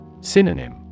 Synonym